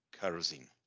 kerosene